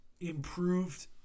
improved